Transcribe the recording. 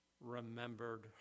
remembered